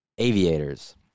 Aviators